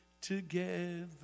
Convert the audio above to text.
together